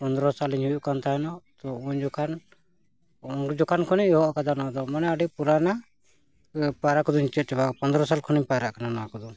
ᱯᱚᱱᱮᱨᱚ ᱥᱟᱞᱤᱧ ᱦᱩᱭᱩᱜ ᱠᱟᱱ ᱛᱟᱦᱮᱱᱟ ᱛᱚ ᱩᱱ ᱡᱚᱠᱷᱚᱱ ᱩᱱ ᱡᱚᱠᱷᱚᱱ ᱠᱷᱚᱱᱤᱧ ᱮᱦᱚᱵ ᱟᱠᱟᱫᱟ ᱱᱚᱣᱟ ᱫᱚ ᱢᱟᱱᱮ ᱟᱹᱰᱤ ᱯᱩᱨᱟᱱᱟ ᱯᱟᱭᱨᱟ ᱠᱚᱫᱚᱧ ᱪᱮᱫ ᱪᱟᱵᱟ ᱯᱚᱱᱨᱚ ᱥᱟᱞ ᱠᱷᱚᱱᱤᱧ ᱯᱟᱭᱨᱟᱜ ᱠᱟᱱᱟ ᱱᱚᱣᱟ ᱠᱚᱫᱚ